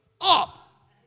up